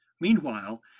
Meanwhile